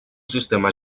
sistema